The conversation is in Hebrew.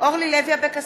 אורלי לוי אבקסיס,